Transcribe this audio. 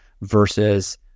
versus